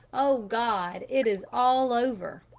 oh, god! it is all over!